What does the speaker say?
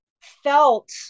felt